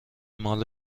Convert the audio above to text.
مال